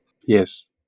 Yes